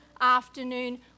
afternoon